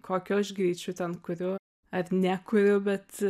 kokiu aš greičiu ten kuriu ar nekuriu bet